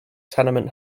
tenement